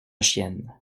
chiennes